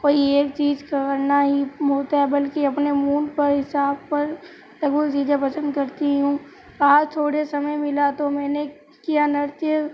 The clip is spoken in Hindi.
कोई एक चीज़ करना ही होता है बल्कि अपने मूड पर हिसाब पर प्रभु जी के भजन करती हूँ आज थोड़ा समय मिला तो मैंने किया नृत्य